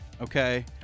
okay